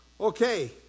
Okay